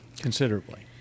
Considerably